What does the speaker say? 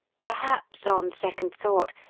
perhaps, on second thought,